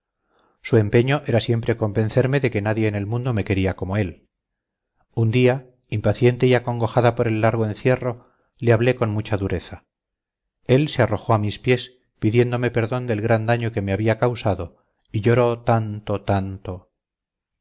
su empeño era siempre convencerme de que nadie en el mundo me quería como él un día impaciente y acongojada por el largo encierro le hablé con mucha dureza él se arrojó a mis pies pidiome perdón del gran daño que me había causado y lloró tanto tanto